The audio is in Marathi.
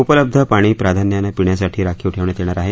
उपलब्ध पाणी प्राधान्यानं पिण्यासाठी राखीव ठेवण्यात येणार आहे